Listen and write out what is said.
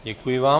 Děkuji vám.